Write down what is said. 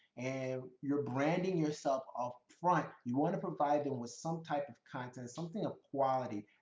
and you're branding yourself upfront, you want to provide them with some type of content, something of quality,